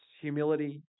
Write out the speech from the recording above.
humility